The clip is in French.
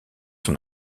son